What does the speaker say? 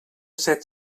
set